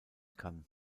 kann